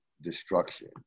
destruction